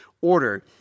order